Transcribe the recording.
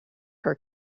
her